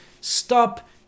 stop